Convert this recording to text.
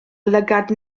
lygaid